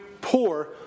poor